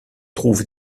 trouve